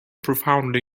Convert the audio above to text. profoundly